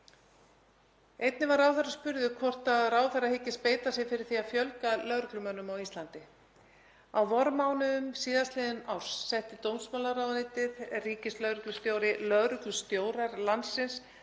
Einnig var ráðherra spurður hvort ráðherra hyggist beita sér fyrir því að fjölga lögreglumönnum á Íslandi. Á vormánuðum síðastliðins árs setti dómsmálaráðuneytið, ríkislögreglustjóri og lögreglustjórar landsins